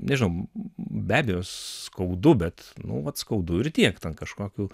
nežinau be abejo skaudu bet nu vat skaudu ir tiek ten kažkokių